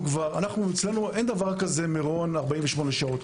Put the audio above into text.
אצלנו אין דבר כזה "מירון, 48 שעות".